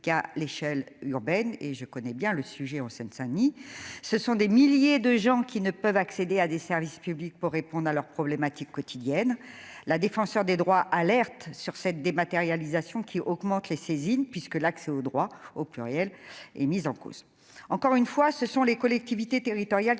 à l'échelle urbaine et je connais bien le sujet, en Seine-Saint-Denis, ce sont des milliers de gens qui ne peuvent accéder à des services publics pour répondre à leurs problématiques quotidiennes, la défenseure des droits alerte sur cette dématérialisation qui augmente les saisines puisque l'accès au droit, au pluriel est mise en cause encore une fois, ce sont les collectivités territoriales